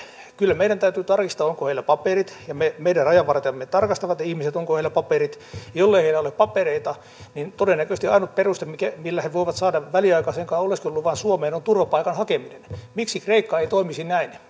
kyllä meidän täytyy tarkistaa onko heillä paperit ja meidän rajavartijamme tarkastavat ihmiset onko heillä paperit jollei heillä ole papereita niin todennäköisesti ainut peruste millä he voivat saada väliaikaisenkaan oleskeluluvan suomeen on turvapaikan hakeminen miksi kreikka ei toimisi näin